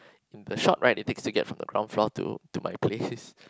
the short ride that takes you to get from the ground floor to to my places